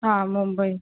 हां मुंबई